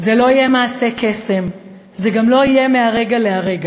זה לא יהיה מעשה קסם, זה גם לא יהיה מהרגע להרגע,